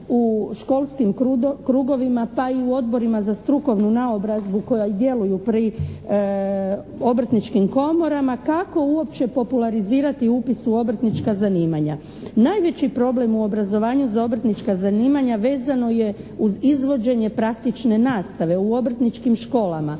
u školskim krugovima pa i u Odborima za strukovnu naobrazbu koja i djeluju pri obrtničkim komorama kako uopće popularizirati upis u obrtnička zanimanja. Najveći problem u obrazovanju za obrtnička zanimanja vezano je uz izvođenje praktične nastave u obrtničkim školama.